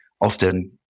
often